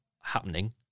happening